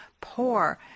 poor